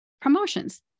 promotions